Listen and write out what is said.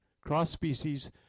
Cross-species